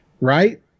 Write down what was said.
right